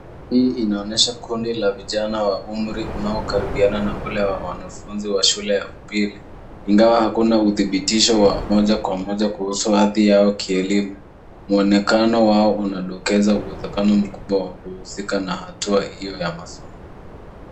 Hii inaonyesha kundi la vijana wa umri unaokaribiana na ule wa wanafunzi wa shule ya upili. Ingawa hakuna uthibitisho wa moja kwa moja kwa uso hadhi yao kielimu, mwonekano wao unadokeza uwezekano mkubwa wa kuhusika na hatua iliyo masomo.